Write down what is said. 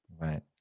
right